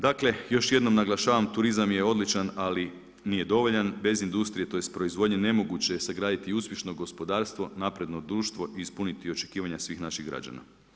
Dakle još jednom naglašavam turizam je odličan ali nije dovoljan, bez industrije, tj. proizvodnje nemoguće je sagraditi uspješno gospodarstvo, napredno društvo i ispuniti očekivanja svih naših građana.